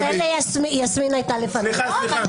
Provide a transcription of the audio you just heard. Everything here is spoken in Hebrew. יסמין הייתה לפניי.